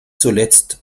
zuletzt